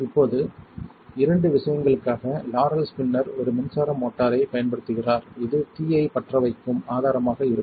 இப்போது இரண்டு விஷயங்களுக்காக லாரல் ஸ்பின்னர் ஒரு மின்சார மோட்டாரைப் பயன்படுத்துகிறார் இது தீயை பற்றவைக்கும் ஆதாரமாக இருக்கும்